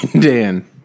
Dan